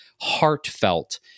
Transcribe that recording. heartfelt